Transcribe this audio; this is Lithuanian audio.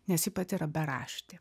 nes ji pati yra beraštė